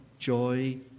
joy